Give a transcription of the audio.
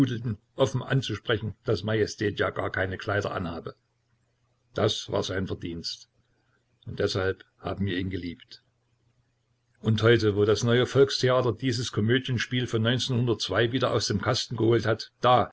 offen auszusprechen daß majestät ja gar keine kleider anhabe das war sein verdienst und deshalb haben wir ihn geliebt und heute wo das neue volkstheater dieses komödienspiel von wieder aus dem kasten geholt hat da